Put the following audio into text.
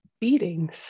beatings